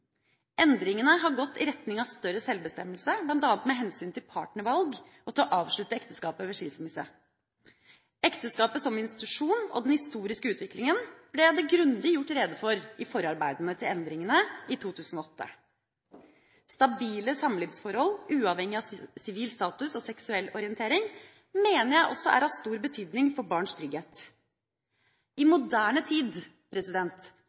Endringene har gått i retning av større sjølbestemmelse, bl.a. med hensyn til partnervalg og til å avslutte ekteskapet ved skilsmisse. Ekteskapet som institusjon og den historiske utviklinga ble det grundig gjort rede for i forarbeidene til endringene i 2008. Stabile samlivsforhold uavhengig av sivil status og seksuell orientering mener jeg også er av stor betydning for barns trygghet. I moderne tid